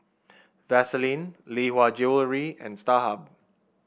Vaseline Lee Hwa Jewellery and Starhub